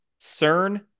CERN